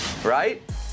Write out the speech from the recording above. Right